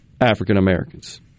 African-Americans